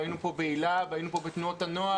והיינו פה ב'היל"ה' והיינו פה בתנועות הנוער,